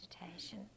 meditation